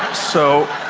so